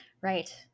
Right